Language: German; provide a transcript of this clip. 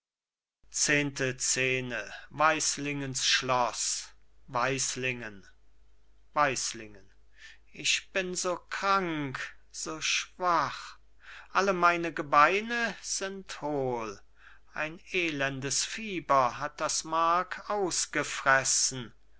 weislingen weislingen ich bin so krank so schwach alle meine gebeine sind hohl ein elendes fieber hat das mark ausgefressen